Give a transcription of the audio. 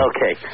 Okay